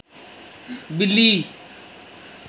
बिल्ली